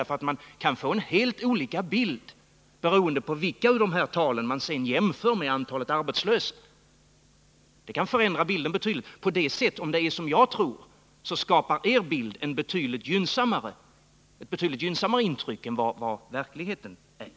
Man kan nämligen få väldigt olika bilder av situationen beroende på på vilket sätt man räknar, när man sedan jämför talen med antalet arbetslösa. Om det är som jag tror, så skapar er bild av situationen ett betydligt gynnsammare intryck än vad som återspeglas av verkligheten.